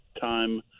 time